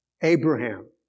Abraham